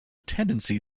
tendency